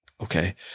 Okay